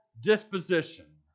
disposition